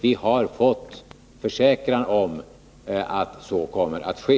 Vi har fått en försäkran om att så kommer att ske.